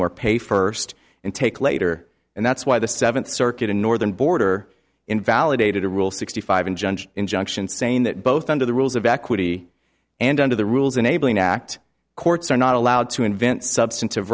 more pay for sed and take later and that's why the seventh circuit in northern border invalidated a rule sixty five in judge injunction saying that both under the rules of equity and under the rules enabling act courts are not allowed to invent substan